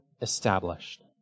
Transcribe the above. established